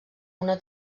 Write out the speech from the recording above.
una